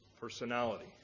personality